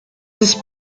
ist